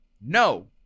No